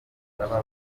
baba